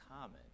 common